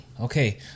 Okay